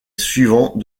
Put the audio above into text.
suivant